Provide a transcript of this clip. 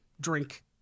drink